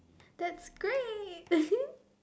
that's great